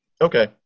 Okay